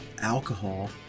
alcohol